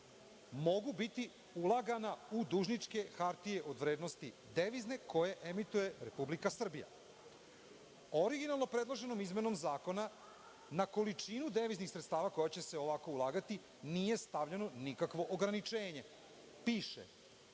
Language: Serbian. mogu biti ulagana u devizne dužničke hartije od vrednosti koje emituje Republika Srbija. Originalno predloženom izmenom zakona na količinu deviznih sredstava koja će se ovako ulagati nije stavljeno nikakvo ograničenje. Piše